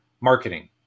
Marketing